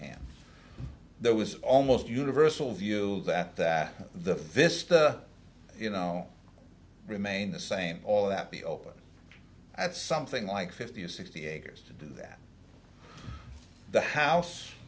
hand there was almost universal view that that the vista you know remained the same all that be open at something like fifty or sixty acres to do that the house